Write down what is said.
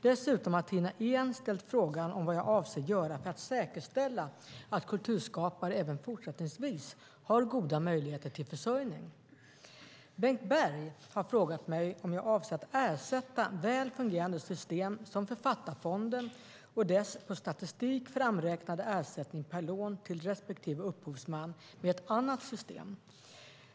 Dessutom har Tina Ehn ställt frågan vad jag avser att göra för att säkerställa att kulturskapare även fortsättningsvis har goda möjligheter till försörjning. Bengt Berg har frågat mig om jag avser att ersätta väl fungerande system som Författarfonden och dess på statistik framräknade ersättning per lån till respektive upphovsman med ett annat system.